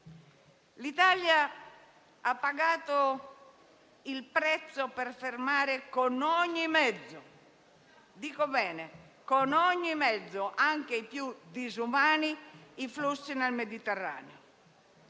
L'Italia ha pagato un prezzo per fermare con ogni mezzo - dico bene, con ogni mezzo, anche il più disumano - i flussi nel Mediterraneo.